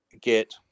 get